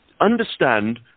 understand